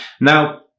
Now